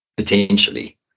potentially